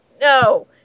No